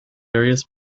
various